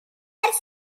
ers